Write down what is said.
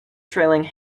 trailing